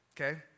Okay